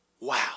Wow